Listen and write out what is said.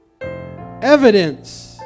Evidence